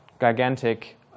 Gigantic